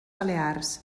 balears